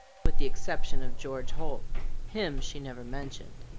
with the exception of george holt him she never mentioned.